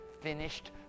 finished